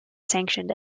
sanctioned